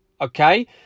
okay